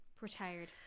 retired